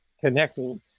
connecting